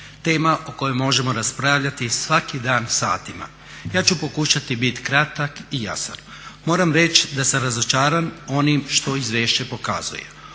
Tema o kojoj možemo raspravljati svaki dan satima. Ja ću pokušati biti kratak i jasan. Moram reći da sam razočaran onim što izvješće pokazuje.